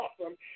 awesome